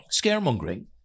scaremongering